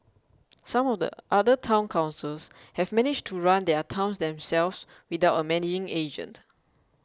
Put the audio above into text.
some of the other Town Councils have managed to run their towns themselves without a managing agent